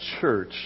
church